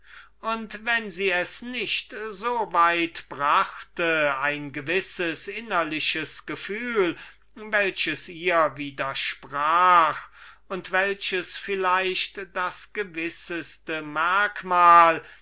und wenn sie es nicht so weit brachte ein gewisses innerliches gefühl welches ihr widersprach und welches vielleicht das gewisseste merkmal